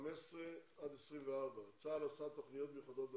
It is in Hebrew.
15 עד 24, צה"ל עשה תוכניות מיוחדות לנושא.